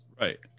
right